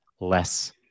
less